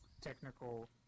technical